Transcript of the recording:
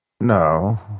No